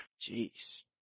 Jeez